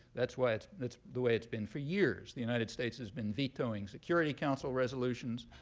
that's why it's it's the way it's been for years. the united states has been vetoing security council resolutions,